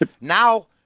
now